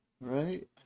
Right